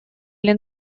или